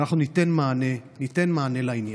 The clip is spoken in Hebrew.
אנחנו ניתן מענה לעניין.